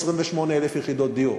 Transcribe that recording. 28,000 יחידות דיור.